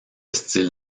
style